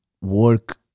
Work